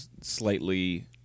slightly